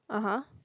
(uh huh)